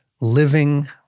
Living